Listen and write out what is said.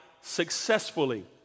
successfully